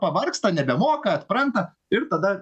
pavargsta nebemoka atpranta ir tada